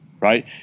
right